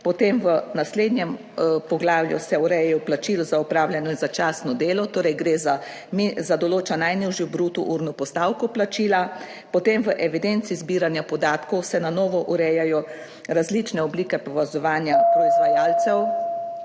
potem v naslednjem poglavju se urejajo plačilo za opravljeno in začasno delo, torej gre za mi za, določa najnižjo bruto urno postavko plačila, potem v evidenci zbiranja podatkov se na novo urejajo različne oblike povezovanja proizvajalcev